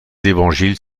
évangiles